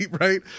right